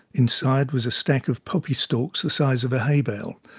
inside was a stack of poppy stalks the size of a hay bale.